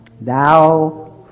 Thou